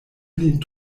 lin